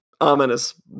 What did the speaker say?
ominous